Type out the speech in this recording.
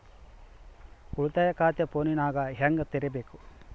ಉಳಿತಾಯ ಖಾತೆ ಫೋನಿನಾಗ ಹೆಂಗ ತೆರಿಬೇಕು?